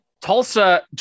Tulsa